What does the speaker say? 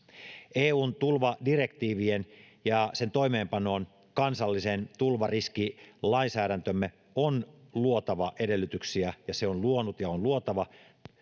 eun tulvadirektiiviin ja sen toimeenpanoon kansallisen tulvariskilainsäädäntömme on luotava edellytyksiä ja se on luonut ja on luotava